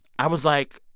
i was, like,